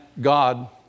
God